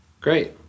Great